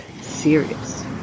serious